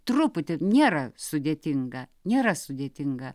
truputį nėra sudėtinga nėra sudėtinga